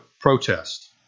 protest